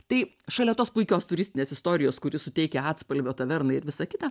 tai šalia tos puikios turistinės istorijos kuri suteikia atspalvio tavernai ir visa kita